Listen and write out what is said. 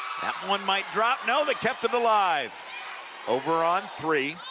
one might drop no, they kept it alive over on three.